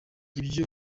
ibyo